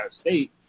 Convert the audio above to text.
state